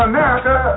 America